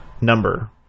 number